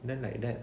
then like that